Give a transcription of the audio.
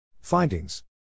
Findings